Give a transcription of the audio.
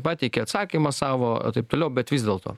pateikė atsakymą savo taip toliau bet vis dėlto